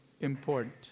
important